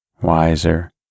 wiser